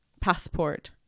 passport